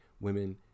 women